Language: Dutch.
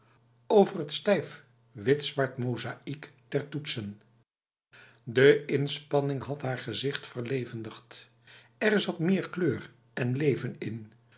over het stijf wit zwart mozaïek der toetsen de inspanning had haar gezicht verlevendigd er zat meer kleur en leven in